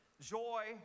Joy